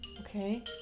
Okay